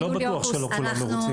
לא בטוח שלא כולם מרוצים.